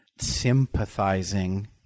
sympathizing